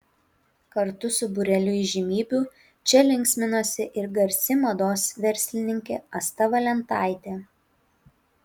kartu su būreliu įžymybių čia linksminosi ir garsi mados verslininkė asta valentaitė